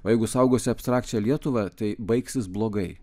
o jeigu saugosi abstrakčią lietuvą tai baigsis blogai